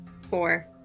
Four